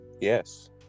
Yes